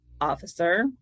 officer